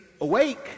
awake